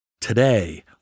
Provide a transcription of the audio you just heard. Today